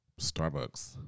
Starbucks